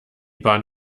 bahn